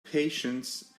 patience